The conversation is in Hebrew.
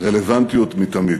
רלוונטיות מתמיד.